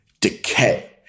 decay